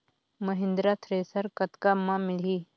Mahindra thresher कतका म मिलही?